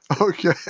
Okay